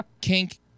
kink